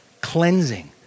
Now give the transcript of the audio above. cleansing